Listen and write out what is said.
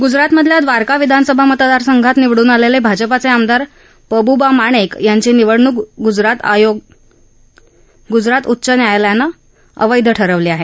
गुजरातमधील द्वारका विधानसभा मतदारसंघात निवडून आलेले भाजपाचे आमदार पबुबा माणेक यांची निवडणूक गुजरात उच्च न्यायालयानं अवैध ठरवली आहे